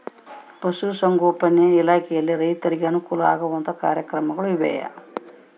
ಪಶುಸಂಗೋಪನಾ ಇಲಾಖೆಯಲ್ಲಿ ರೈತರಿಗೆ ಅನುಕೂಲ ಆಗುವಂತಹ ಕಾರ್ಯಕ್ರಮಗಳು ಇವೆಯಾ?